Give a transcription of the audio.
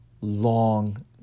long